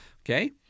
okay